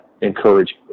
encourage